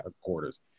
quarters